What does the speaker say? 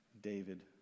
david